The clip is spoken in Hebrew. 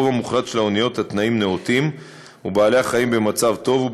ברוב המוחלט של האוניות התנאים נאותים ובעלי-החיים במצב טוב,